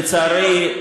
לצערי,